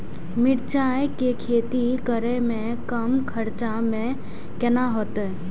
मिरचाय के खेती करे में कम खर्चा में केना होते?